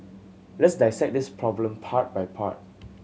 let's dissect this problem part by part